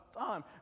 time